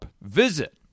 Visit